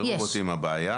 הבעיה